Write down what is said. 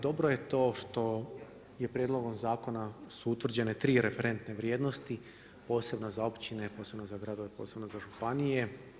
Dobro je to što prijedlogom zakona su utvrđene tri referentne vrijednosti, posebno za općine, posebno za gradove, posebno za županije.